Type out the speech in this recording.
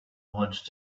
once